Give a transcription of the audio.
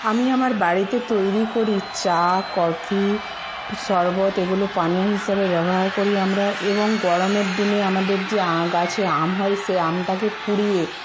আমি আমার বাড়িতে তৈরি করি চা কফি শরবত এগুলো পানীয় হিসেবে ব্যবহার করি আমরা এবং গরমের দিনে আমাদের যে আম গাছে আম হয় সেই আমটাকে পুড়িয়ে